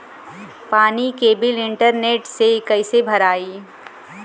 पानी के bill internet से कइसे भराई?